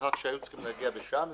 על כך שהיו צריכים להגיע בשעה מסוימת,